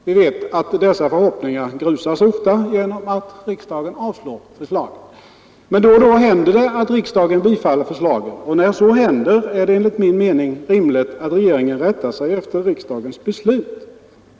Vi vet att dessa förhoppningar ofta grusas genom att riksdagen avslår förslagen. Då och då händer det emellertid att riksdagen bifaller förslagen. När så sker är det enligt min mening rimligt att regeringen rättar sig efter riksdagens beslut.